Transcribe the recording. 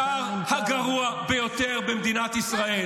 השר הגרוע ביותר במדינת ישראל,